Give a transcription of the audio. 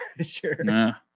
Sure